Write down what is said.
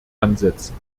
ansetzen